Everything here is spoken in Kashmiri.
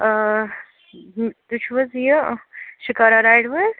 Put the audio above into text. تُہۍ چھِو حظ یہِ شِکارا رایِڈ وٲلۍ